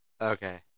Okay